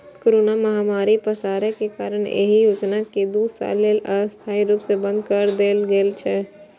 corona महामारी पसरै के कारण एहि योजना कें दू साल लेल अस्थायी रूप सं बंद कए देल गेल छै